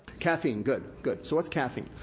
caffeine, good, good, so what's caffeine?